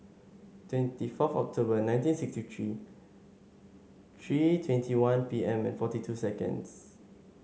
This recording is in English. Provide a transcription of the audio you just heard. twenty fourth October nineteen sixty three three twenty one P M and forty two seconds